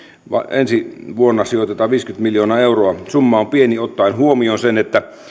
ensi vuonna sijoitetaan viisikymmentä miljoonaa euroa summa on pieni ottaen huomioon sen että